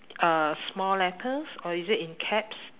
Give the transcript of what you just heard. uh small letters or is it in caps